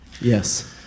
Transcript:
Yes